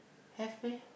have meh